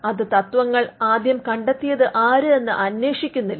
അത് തത്ത്വങ്ങൾ ആദ്യം കണ്ടത്തിയത് ആര് എന്ന് അന്വേഷിക്കുന്നില്ല